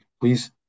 please